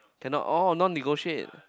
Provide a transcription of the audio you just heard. cannot oh none negotiate